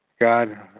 God